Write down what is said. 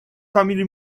family